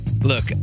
Look